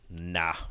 nah